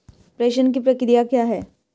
प्रेषण की प्रक्रिया क्या है?